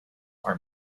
are